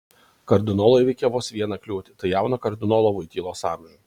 kardinolai įveikė vos vieną kliūtį tai jauną kardinolo voitylos amžių